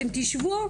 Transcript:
אתם תשבו,